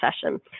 session